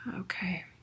Okay